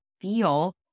feel